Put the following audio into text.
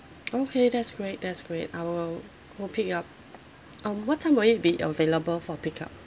okay that's great that's great I will go pick it up um what time will it be available for pick up